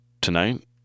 Tonight